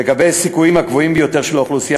לגבי הסיכויים הגבוהים ביותר של האוכלוסייה